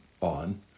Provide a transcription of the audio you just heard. on